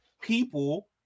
people